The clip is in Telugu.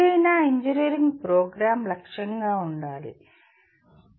ఏదైనా ఇంజనీరింగ్ ప్రోగ్రామ్ లక్ష్యంగా ఉండాలి లక్ష్యంగా ఉంది